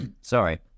sorry